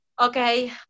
okay